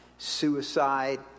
suicide